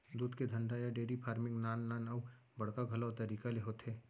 दूद के धंधा या डेरी फार्मिट नान नान अउ बड़का घलौ तरीका ले होथे